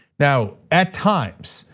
now at times,